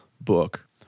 book